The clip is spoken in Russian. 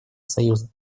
союза